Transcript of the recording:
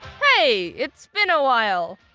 hey! it's been a while!